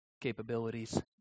capabilities